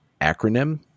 acronym